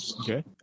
Okay